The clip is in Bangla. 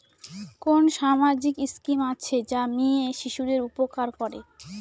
কোন সামাজিক স্কিম আছে যা মেয়ে শিশুদের উপকার করে?